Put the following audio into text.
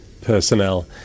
personnel